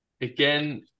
again